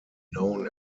known